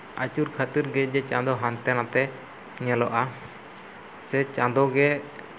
ᱟᱹᱪᱩᱨ ᱠᱷᱟᱹᱛᱤᱨ ᱜᱮ ᱪᱟᱸᱫᱚ ᱦᱟᱱᱛᱮ ᱱᱟᱛᱮ ᱧᱮᱞᱚᱜᱼᱟ ᱥᱮ ᱪᱟᱸᱫᱚ ᱜᱮ